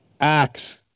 acts